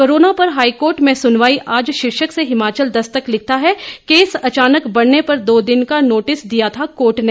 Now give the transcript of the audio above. corona पर high court में सुनवाई आज शीर्षक से हिमाचल दस्तक लिखता है केस अचानक बढ़ने पर दो दिन का नोटिस दिया था कोर्ट ने